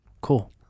Cool